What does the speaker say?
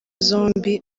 zombie